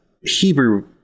Hebrew